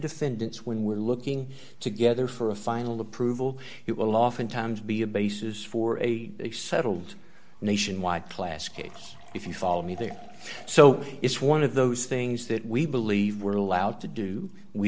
defendants when we're looking together for a final approval it will oftentimes be a basis for a settled nationwide class case if you follow me there so it's one of those things that we believe we're allowed to do we